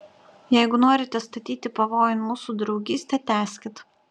jeigu norite statyti pavojun mūsų draugystę tęskit